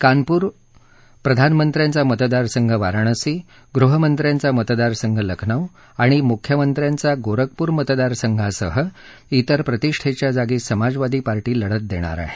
कानपूर प्रधानमंत्र्यांचा मतदार संघ वाराणसी गृहमंत्र्याचा मतदारसंघ लखनौ आणि मुख्यमंत्र्याचा गोरखपूर मतदार संघासह तेर प्रतिष्ठेच्या जागी समाजवादी पार्टी लढत देईल